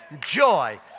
joy